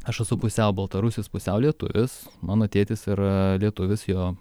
aš esu pusiau baltarusis pusiau lietuvis mano tėtis yra lietuvis jo